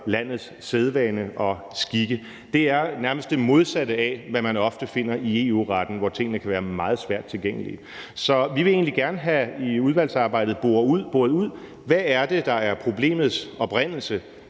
landets sædvane og skikke. Det er nærmest det modsatte af, hvad man ofte finder i EU-retten, hvor tingene kan være meget svært tilgængelige. Så vi vil egentlig gerne i udvalgsarbejdet have boret ud, hvad det er, der er problemets oprindelse.